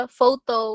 photo